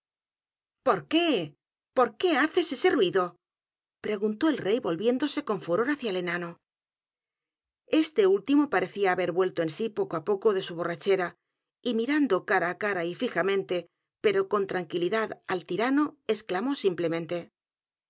por qué por qué haces ese ruido p r e g u n t ó el rey volviéndose con furor hacia el enano este ultimo parecía haber vuelto en sí poco á poco de su borrachera y mirando cara á cara y fijamente pero con tranquilidad al tirano exclamó